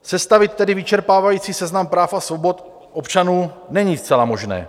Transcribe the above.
Sestavit tedy vyčerpávající seznam práv a svobod občanů není zcela možné.